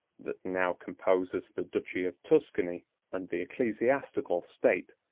that now composes the duchy of tuscany and the ecclesiastical state,